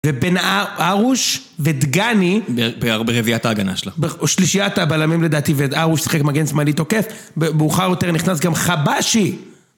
ובין ארוש ודגני ברביעיית ההגנה שלו או שלישיית הבלמים לדעתי וארוש שיחק מגן שמאלי תוקף, מאוחר יותר נכנס גם חבאשי